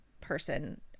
person